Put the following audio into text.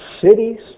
cities